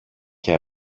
και